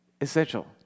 essential